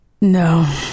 No